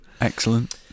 excellent